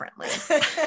differently